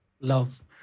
love